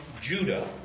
Judah